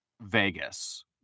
Vegas